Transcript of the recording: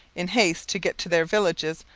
in haste to get to their villages,